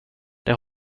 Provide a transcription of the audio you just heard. det